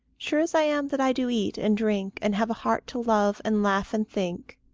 sure as i am that i do eat and drink, and have a heart to love and laugh and think,